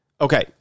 Okay